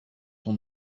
son